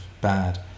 bad